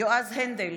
יועז הנדל,